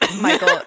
Michael